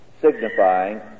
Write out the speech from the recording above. signifying